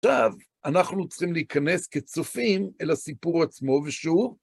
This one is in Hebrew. טוב, אנחנו צריכים להיכנס כצופים אל הסיפור עצמו, ושהוא...